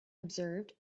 observed